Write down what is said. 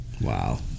Wow